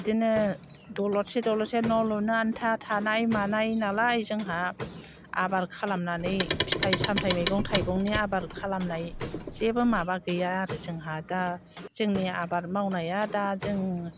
बिदिनो दलतसे दलतसे न' लुनो आन्था थानाय मानाय नालाय जोंहा आबाद खालामनानै फिथाइ सामथाय मैगं थाइगंनि आबाद खालामनाय जेबो माबा गैया आरो जोंहा दा जोंनि आबाद मावनाया दा जों